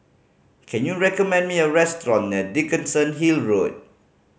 can you recommend me a restaurant near Dickenson Hill Road